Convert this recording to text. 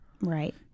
Right